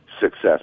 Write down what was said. success